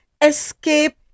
escape